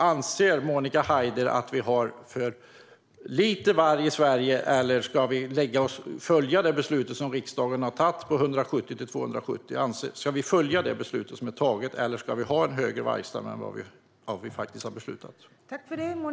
Anser Monica Haider att vi har för lite varg i Sverige eller att vi ska följa riksdagens beslut om 170-270 vargar? Ska vi följa det beslut som har tagits, eller ska vi ha en större vargstam än vad vi har beslutat om?